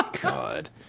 God